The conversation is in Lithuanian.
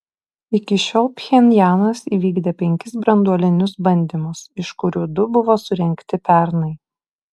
iki šiol pchenjanas įvykdė penkis branduolinius bandymus iš kurių du buvo surengti pernai